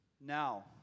Now